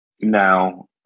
Now